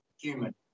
human